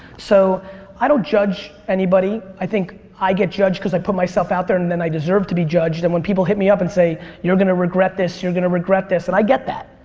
so i don't judge anybody. i think i get judged cause i put myself out there and then i deserve to be judged and when people hit me up and say you're gonna regret this, you're gonna regret this and i get that.